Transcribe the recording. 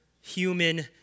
human